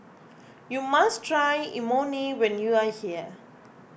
you must try Imoni when you are here